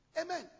Amen